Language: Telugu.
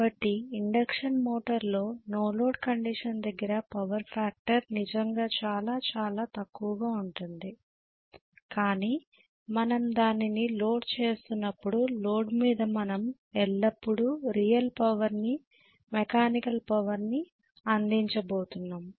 కాబట్టి ఇండక్షన్ మోటారులో నో లోడ్ కండిషన్ దగ్గర పవర్ ఫ్యాక్టర్ నిజంగా చాలా చాలా తక్కువగా ఉంటుంది కానీ మనం దానిని లోడ్ చేస్తున్నప్పుడు లోడ్ మీద మనం ఎల్లప్పుడూ రియల్ పవర్ ని మెకానికల్ పవర్ ని అందించబోతున్నాం